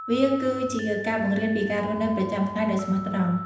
វាគឺជាការបង្រៀនពីការរស់នៅប្រចាំថ្ងៃដោយស្មោះត្រង់។